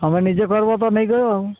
ତୁମେ ନିଜେ କହିବ ତ ନେଇଯିବ ଆଉ